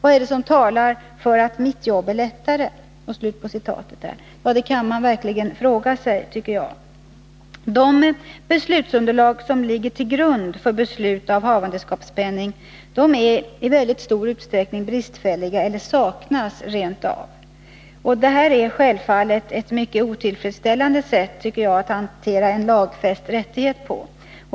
Vad är det som talar för att mitt jobb är lättare?” Ja, det tycker jag att man verkligen kan fråga sig! De underlag som ligger till grund för beslut om havandeskapspenning är i mycket stor utsträckning bristfälliga eller saknas rent av. Detta tycker jag självfallet är ett mycket otillfredsställande sätt att hantera en lagfäst rättighet på.